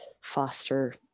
foster